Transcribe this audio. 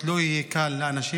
לא יהיה קל לאנשים.